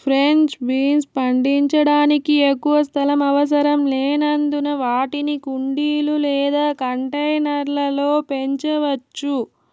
French beans పండించడానికి ఎక్కువ స్థలం అవసరం లేనందున వాటిని కుండీలు లేదా కంటైనర్ల లో పెంచవచ్చు